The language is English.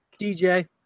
DJ